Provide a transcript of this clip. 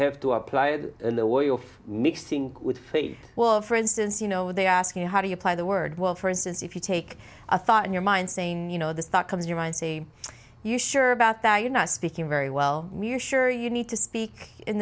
have to apply it in the way of mixing with faith well for instance you know they ask you how do you apply the word well for instance if you take a thought in your mind saying you know this thought comes your mind see you sure about that you're not speaking very well we're sure you need to speak in